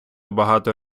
багато